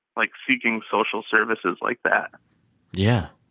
like, seeking social services like that yeah.